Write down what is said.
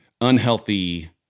unhealthy